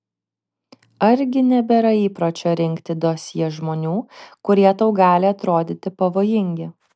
argi nebėra įpročio rinkti dosjė žmonių kurie tau gali atrodyti pavojingi